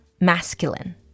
masculine